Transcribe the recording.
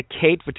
Kate